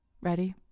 Ready